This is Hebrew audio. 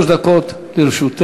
תעלה חברת הכנסת ענת ברקו,